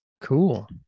Cool